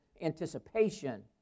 anticipation